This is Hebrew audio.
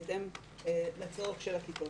בהתאם לצורך של הכיתות.